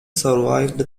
survived